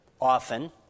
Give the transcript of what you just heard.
often